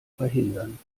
verhindern